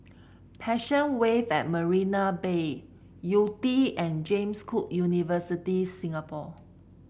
Passion Wave at Marina Bay Yew Tee and James Cook University Singapore